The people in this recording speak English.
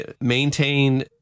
maintain